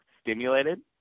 stimulated